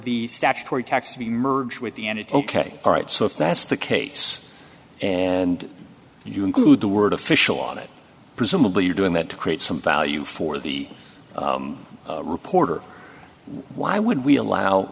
the statutory tax to be merged with the end it ok all right so if that's the case and you include the word official on it presumably you're doing that to create some value for the reporter why would we allow